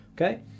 Okay